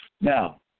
Now